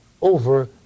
over